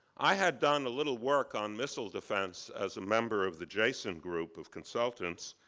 i had done a little work on missile defense as member of the jason group of consultants.